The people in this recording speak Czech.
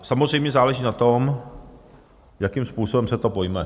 Samozřejmě záleží na tom, jakým způsobem se to pojme.